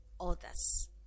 others